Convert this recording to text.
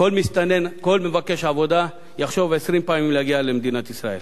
כל מבקש עבודה יחשוב עשרים פעם אם להגיע למדינת ישראל.